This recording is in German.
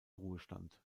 ruhestand